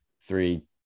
three